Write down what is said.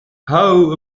how